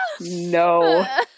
no